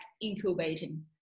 incubating